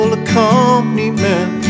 accompaniment